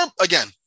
again